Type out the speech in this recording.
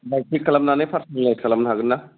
बाइपि खालामनानै पार्स'नेलाइस खालामनो हागोनना